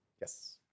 Yes